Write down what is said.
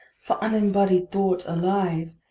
for unembodied thought a live,